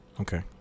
Okay